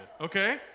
okay